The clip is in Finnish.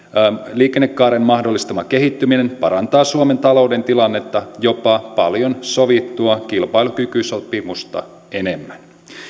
liikennekaaren mahdollistama kehittyminen parantaa suomen talouden tilannetta jopa paljon sovittua kilpailukykysopimusta enemmän